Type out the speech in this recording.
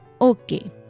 Okay